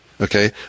okay